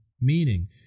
meaning